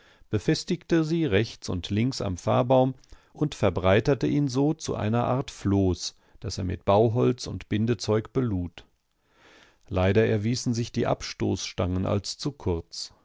befestigte sie rechts und links am fahrbaum und verbreiterte ihn so zu einer art floß das er mit bauholz und bindezeug belud leider erwiesen sich die abstoßstangen als zu kurz